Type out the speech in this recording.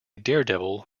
daredevil